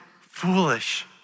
foolish